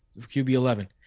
QB11